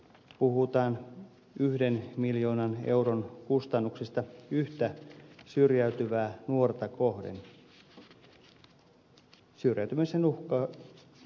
puhutaan yhden miljoonan euron kustannuksista yhtä syrjäytyvää nuorta kohden